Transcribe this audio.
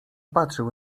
patrzył